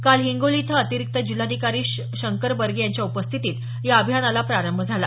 काल हिंगोली इथं अतिरिक्त जिल्हाधिकारी शंकर बर्गे यांच्या उपस्थितीत या अभियानाला प्रारंभ झाला